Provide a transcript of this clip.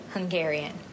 Hungarian